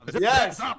Yes